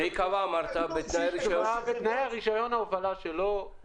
ייקבע בתנאי רישיון ההובלה שלו,